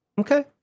okay